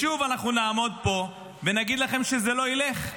שוב אנחנו נעמוד פה ונגיד לכם שזה לא ילך.